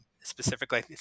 specifically